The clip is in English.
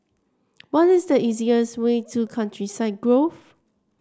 what is the easiest way to Countryside Grove